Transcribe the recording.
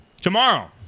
Tomorrow